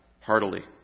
heartily